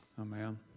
Amen